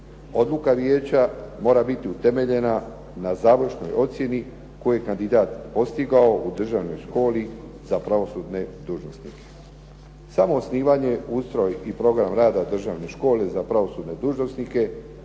Odluka Vijeća mora biti utemeljena na završnoj ocjeni koju je kandidat postigao u Državnoj školi za pravosudne dužnosnike. Samo osnivanje, ustroj i program rada Državne škole za pravosudne dužnosnike